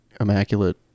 immaculate